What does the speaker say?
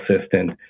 Assistant